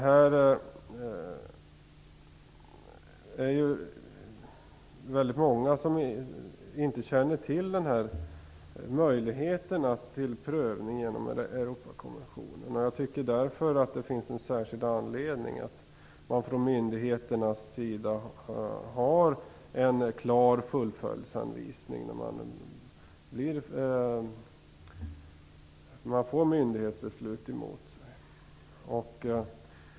Det är väldigt många som inte känner till möjligheterna till prövning genom Europakonventionen. Jag tycker därför att det finns en särskild anledning för myndigheterna att ha en klar fullföljdshänvisning när någon får myndighetsbeslut emot sig.